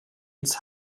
ins